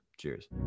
Cheers